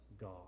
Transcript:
God